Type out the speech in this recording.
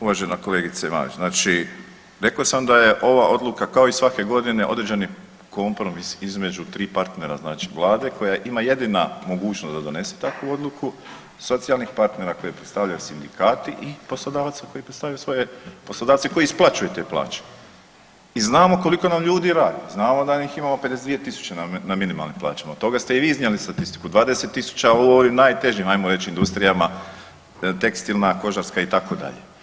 Uvažena kolegice Marić, znači rekao sam da je ova odluka kao i svake godine određeni kompromis između 3 partnera, znači vlade koja ima jedina mogućnost da donese takvu odluku, socijalnih partnera koje predstavljaju sindikati i poslodavaca koji predstavljaju svoje, poslodavci koji isplaćuju te plaće i znamo koliko nam ljudi radi, znamo da ih imamo 52.000 na minimalnim plaćama, od toga ste i vi iznijeli statistiku, 20.000 u ovim najtežim ajmo reć industrijama, tekstilna, kožarska itd.